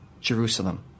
Jerusalem